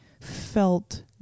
felt